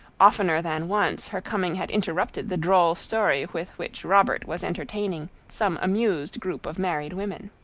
oftener than once her coming had interrupted the droll story with which robert was entertaining some amused group of married women.